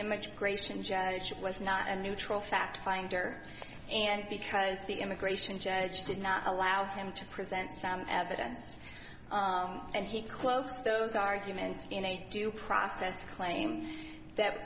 image gratian judge was not a neutral fact finder and because the immigration judge did not allow him to present some evidence and he closed those arguments in a due process claim that